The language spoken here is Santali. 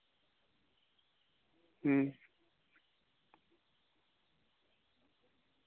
ᱦᱩᱸ